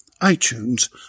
iTunes